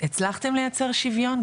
הצלחתם לייצר שוויון,